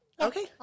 Okay